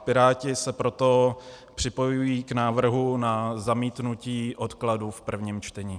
Piráti se proto připojují k návrhu na zamítnutí odkladu v prvním čtení.